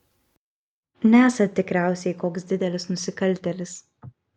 nesat tikriausiai koks didelis nusikaltėlis